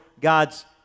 God's